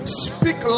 speak